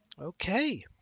Okay